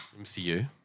MCU